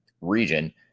region